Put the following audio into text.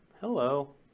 hello